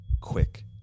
quick